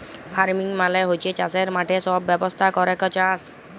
farming মালে হচ্যে চাসের মাঠে সব ব্যবস্থা ক্যরেক চাস